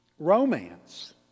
Romance